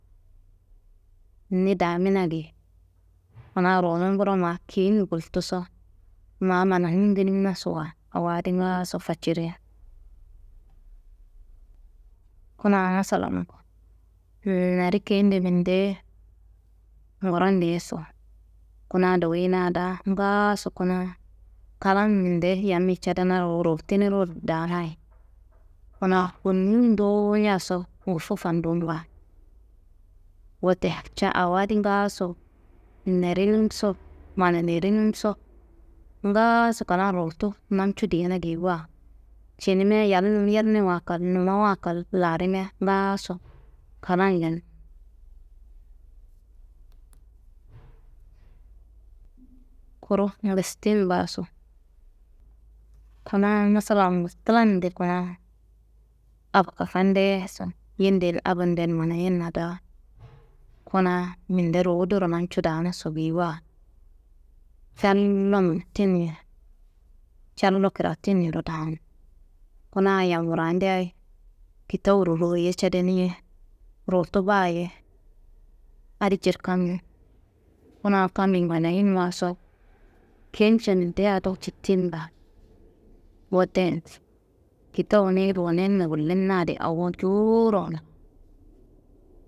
Ni damina geyi kuna ruwunumburo ma kiyin gultuso, ma mananum duniminasowa awo adi ngaaso facirin. Kuna masalambo mana neri keyende mindeye ngurondeyeso, kuna dowuyina daa ngaaso kuna klam minde yammi cedenaro ruwutinero daanayi, kuna konun dowo njaso ngufu fandum baa. Wote ca awo adi ngaaso nerinumso, mana nerinumso ngaaso klan ruwutu namcu diyena geyiwa cinima yalnum yernewa kal, nummawa kal larima ngaaso klan jen, kuru ngestim baso. Kuna masalam bo tilande kuna aba kakandeyeso yende n abande n manayenna daa, kuna minde ruwuduro namcu daanaso geyiwa callo nottini ye, callo gratin yero daan. Kuna yam wurandeayi kitawuro ruye cedeni ye, ruwutu baa- ye adi cirkando kuna kammi manayinwaso kence mindeya do cittin baa. Woten kitawu niyi ruwuninna gullumina di awo jowuro ngla.